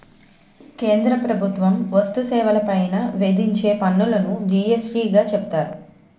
కేంద్ర ప్రభుత్వం వస్తు సేవల పైన విధించే పన్నులును జి యస్ టీ గా చెబుతారు